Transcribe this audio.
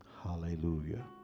Hallelujah